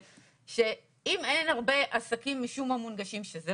אין הרבה עסקים מונגשים, משום מה,